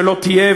שלא תהיה,